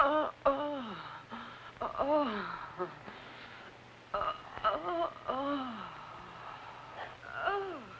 oh oh oh oh oh oh oh